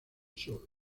sur